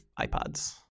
iPods